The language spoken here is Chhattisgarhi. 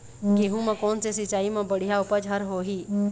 गेहूं म कोन से सिचाई म बड़िया उपज हर होही?